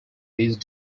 these